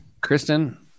Kristen